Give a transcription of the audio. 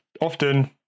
often